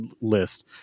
list